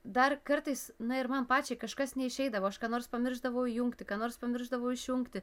dar kartais na ir man pačiai kažkas neišeidavo aš ką nors pamiršdavau įjungti ką nors pamiršdavau išjungti